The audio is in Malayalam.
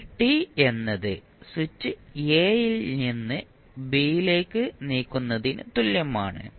ഇപ്പോൾ t എന്നത് സ്വിച്ച് a ൽ നിന്ന് b ലേക്ക് നീക്കുന്നതിന് തുല്യമാണ്